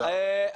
תודה, אני אשמח.